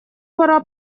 пора